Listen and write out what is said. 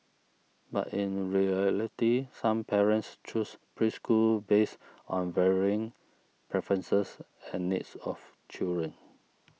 but in reality some parents choose preschools based on varying preferences and needs of children